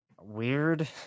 weird